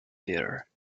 there